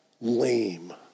lame